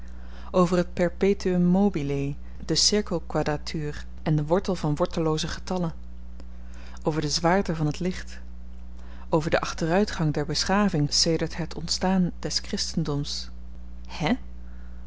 over het perpetuum mobile de cirkelkwadratuur en den wortel van wortellooze getallen over de zwaarte van het licht over den achteruitgang der beschaving sedert het ontstaan des christendoms